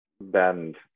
bend